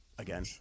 again